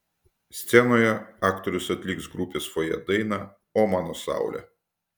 scenoje aktorius atliks grupės fojė dainą o mano saule